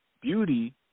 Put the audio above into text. Beauty